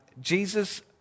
Jesus